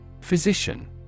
Physician